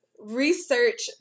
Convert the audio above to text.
Research